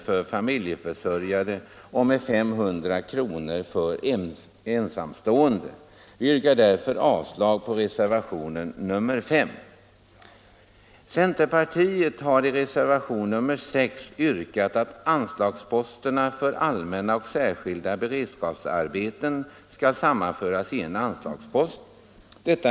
för familjeförsörjare och med 500 kr. för ensamstående. Centerpartiet har i reservationen 6 yrkat att anslagsposterna för allmänna och särskilda beredskapsarbeten skall sammanföras i en anslagspost.